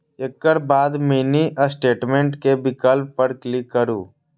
एकर बाद mini statement के विकल्प पर क्लिक करू